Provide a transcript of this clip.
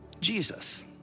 Jesus